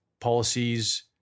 policies